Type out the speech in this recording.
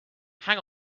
hang